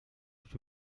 più